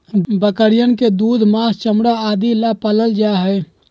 बकरियन के दूध, माँस, चमड़ा आदि ला पाल्ल जाहई